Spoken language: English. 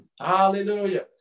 Hallelujah